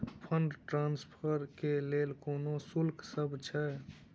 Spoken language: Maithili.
फंड ट्रान्सफर केँ लेल कोनो शुल्कसभ छै?